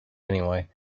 anyway